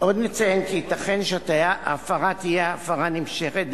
עוד נציין כי ייתכן שההפרה תהיה הפרה נמשכת,